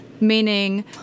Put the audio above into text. meaning